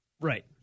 Right